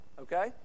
okay